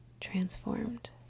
Transformed